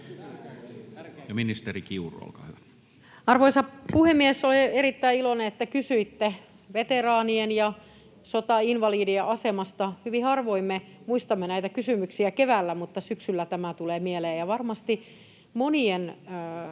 Arvoisa puhemies! Olen erittäin iloinen, että kysyitte veteraanien ja sotainvalidien asemasta. Hyvin harvoin me muistamme näitä kysymyksiä keväällä, mutta syksyllä tämä tulee mieleen. Kyllä varmasti monien